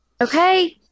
Okay